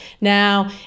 Now